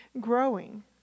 growing